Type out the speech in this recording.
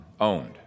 owned